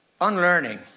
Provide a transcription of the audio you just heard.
Unlearning